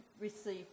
receive